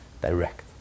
Direct